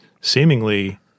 seemingly